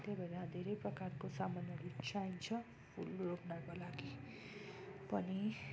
त्यही भएर धेरै प्रकारको सामानहरू चाहिन्छ फुल रोप्नको लागि पनि